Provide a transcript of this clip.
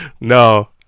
no